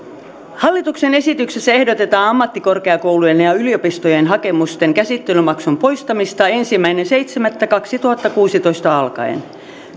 hallituksen esityksessä ehdotetaan ammattikorkeakoulujen ja yliopistojen hakemusten käsittelymaksun poistamista ensimmäinen seitsemättä kaksituhattakuusitoista alkaen